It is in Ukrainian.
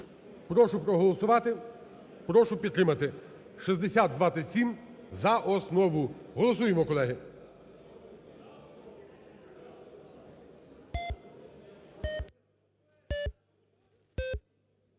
Прошу проголосувати. Прошу підтримати 6027 за основу. Голосуємо, колеги.